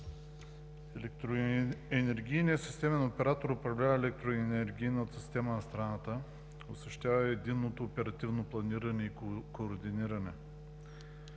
Електроенергийният системен оператор управлява електроенергийната система на страната, осъществява единното оперативно планиране и координиране.